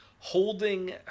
holding